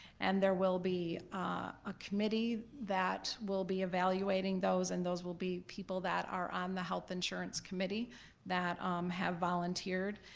and there will be a committee that will be evaluating those and those will be people that are on the health insurance committee that have volunteered.